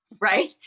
right